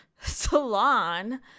Salon